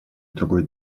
другой